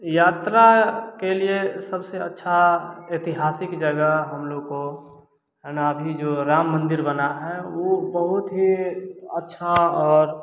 यात्रा के लिए सबसे अच्छा ऐतिहासिक जगह हम लोग को है ना अभी जो राम मंदिर जो अभी बना है वह बहुत ही अच्छा और